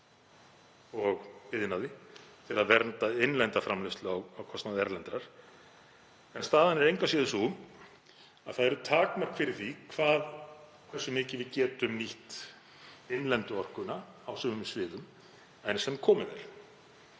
og iðnaði til að vernda innlenda framleiðslu á kostnaði erlendrar. Staðan er engu að síður sú að það eru takmörk fyrir því hversu mikið við getum nýtt innlendu orkuna á sumum sviðum enn sem komið er.